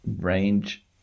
range